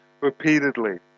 repeatedly